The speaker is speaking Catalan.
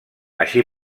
així